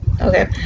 okay